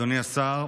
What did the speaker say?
אדוני השר,